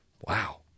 Wow